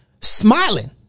smiling